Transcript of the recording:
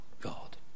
God